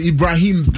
Ibrahim